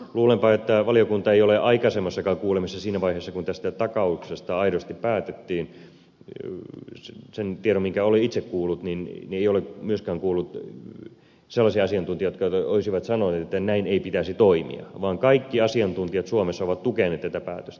luulenpa että valiokunta ei ole aikaisemmassakaan kuulemisessa siinä vaiheessa kun tästä takauksesta aidosti päätettiin sen tiedon perusteella minkä olen itse kuullut myöskään kuullut sellaisia asiantuntijoita jotka olisivat sanoneet että näin ei pitäisi toimia vaan kaikki asiantuntijat suomessa ovat tukeneet tätä päätöstä